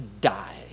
die